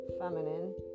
feminine